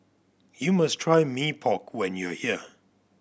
you must try Mee Pok when you are here